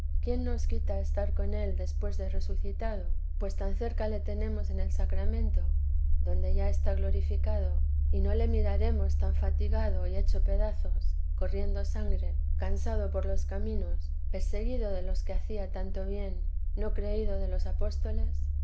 quién nos quita estar con él después de resucitado pues tan cerca le tenemos en el sacramento donde ya está glorificado y no le miraremos tan fatigado y hecho pedazos corriendo sangre cansado por los caminos perseguido de los que hacía tanto bien no creído de los apóstoles